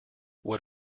what